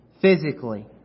Physically